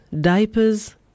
diapers